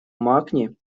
макни